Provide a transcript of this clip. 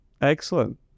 Excellent